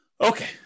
Okay